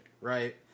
right